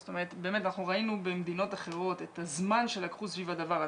זאת אומרת אנחנו ראינו במדינות אחרות את הזמן שלקחו סביב הדבר הזה,